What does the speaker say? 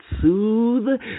soothe